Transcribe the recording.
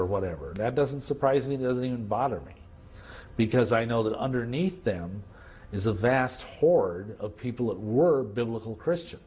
or whatever that doesn't surprise me doesn't bother me because i know that underneath them is a vast horde of people that were biblical christian